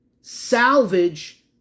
salvage